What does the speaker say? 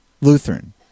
Lutheran